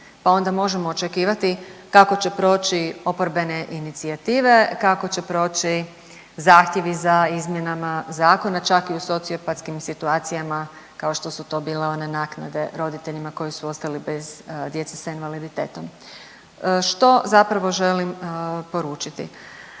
pa onda možemo očekivati kako će proći oporbene inicijative, kako će proći zahtjevi za izmjenama zakona, čak i u sociopatskim situacijama kao što su to bile one naknade roditeljima koji su ostali bez djece s invaliditetom. Što zapravo želim poručiti?